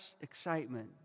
excitement